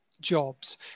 jobs